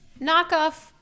knockoff